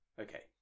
Okay